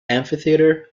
amphitheatre